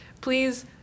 Please